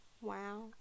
Wow